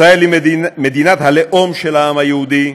ישראל היא מדינת הלאום של העם היהודי,